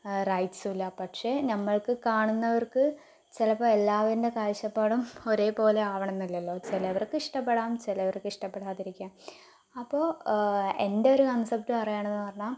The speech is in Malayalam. റൈയ്റ്റ്സും ഇല്ല പക്ഷേ നമ്മൾക്ക് കാണുന്നവർക്ക് ചിലപ്പോൾ എല്ലാവരുടെയും കാഴ്ചപ്പാടും ഒരേ പോലെ ആവണമെന്നില്ലല്ലോ ചിലവർക്ക് ഇഷ്ടപ്പെടാം ചിലവർക്ക് ഇഷ്ടപ്പെടാതിരിക്കാം അപ്പോൾ എൻ്റെ ഒരു കൺസെപ്റ്റ് പറയുകയാണെന്ന് പറഞ്ഞാൽ